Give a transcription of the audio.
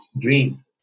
dream